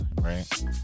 Right